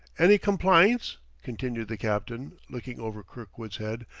any complynts, continued the captain, looking over kirkwood's head,